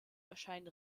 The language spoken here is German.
erscheinen